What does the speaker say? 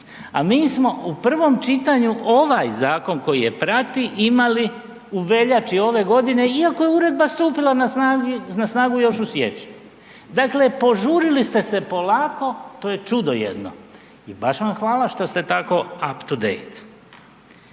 a mi smo u prvom čitanju ovaj zakon koji je prati imali u veljači ove godine, iako je uredba stupila na snagu još u siječnju. Dakle, požurili ste se polako to je čudo jedno i baš vam hvala što ste tako up to date.